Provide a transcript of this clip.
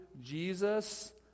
Jesus